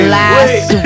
last